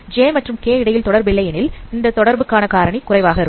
j மற்றும் k இடையில் தொடர்பு இல்லை எனில் தொடர்புக்கான காரணி குறைவாக இருக்கும்